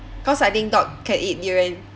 cause I think dog can eat durian